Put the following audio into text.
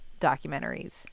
documentaries